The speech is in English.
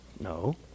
No